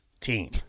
team